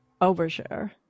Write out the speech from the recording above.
overshare